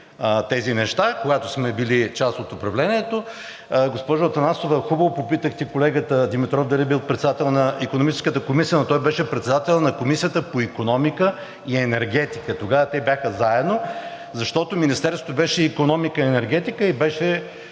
тези неща, когато сме били част от управлението. Госпожо Атанасова, хубаво попитахте колегата Димитров дали е бил председател на Икономическата комисия, но той беше председател на Комисията по икономика и енергетика – тогава те бяха заедно, защото Министерството беше Министерство на икономиката и енергетиката и беше